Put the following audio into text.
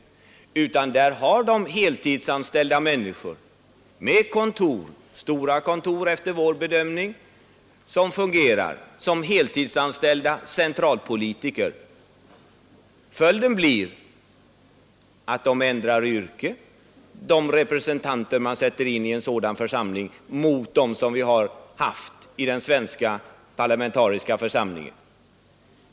I dessa länder har man heltidsanställda ledamöter som är försedda med kontor — enligt vårt sätt att se stora kontor — och som fungerar som heltidsanställda centralpolitiker. Följden blir att de representanter man sätter in i en sådan församling ändrar yrke och får en annan karaktär än de som vi har haft i den svenska riksdagen.